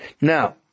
Now